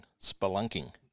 spelunking